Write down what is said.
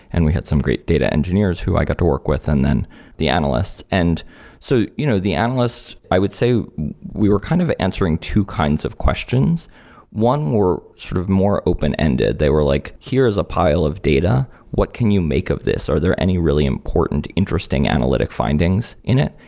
and we had some great data engineers who i got to work with and then the analysts. and so you know the analysts, i would say we were kind of answering two kinds of questions one were sort of more open-ended. they were like, here's a pile of data. what can you make of this? are there any really important interesting analytic findings in it?